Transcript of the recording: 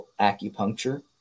acupuncture